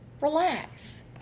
relax